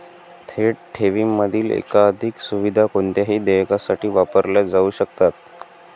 थेट ठेवींमधील एकाधिक सुविधा कोणत्याही देयकासाठी वापरल्या जाऊ शकतात